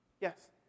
Yes